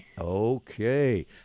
Okay